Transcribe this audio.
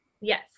Yes